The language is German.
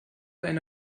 eine